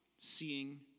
seeing